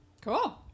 Cool